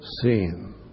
seen